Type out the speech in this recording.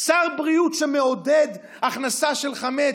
שר בריאות שמעודד הכנסה של חמץ,